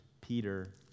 Peter